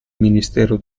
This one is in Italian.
ministero